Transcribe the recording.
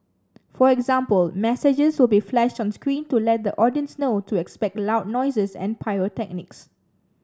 for example messages will be flashed on screen to let the audience know to expect loud noises and pyrotechnics